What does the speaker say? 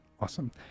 Awesome